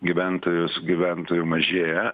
gyventojus gyventojų mažėja